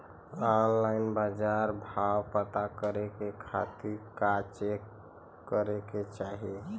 Online बाजार भाव पता करे के खाती का करे के चाही?